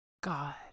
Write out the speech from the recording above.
God